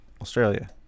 Australia